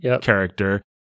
character